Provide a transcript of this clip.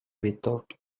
without